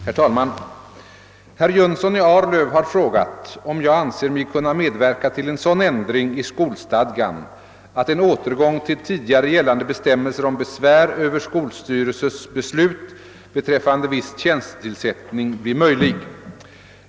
Herr talman! Herr Jönsson i Arlöv har frågat, om jag anser mig kunna medverka till en sådan ändring i skolstad gan att en återgång till tidigare gällande bestämmelser om besvär över skolstyrelses beslut beträffande viss tjänstetillsättning blir möjlig.